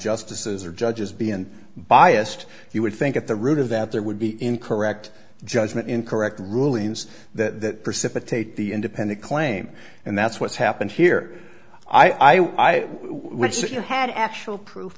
justices or judges been biased you would think at the root of that there would be incorrect judgment incorrect rulings that precipitate the independent claim and that's what's happened here i i wish you had actual proof